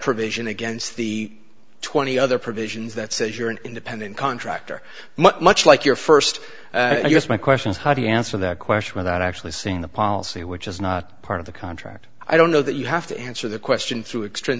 provision against the twenty other provisions that says you're an independent contractor much like your first yes my question is how do you answer that question without actually seeing the policy which is not part of the contract i don't know that you have to answer the question through extr